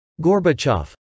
Gorbachev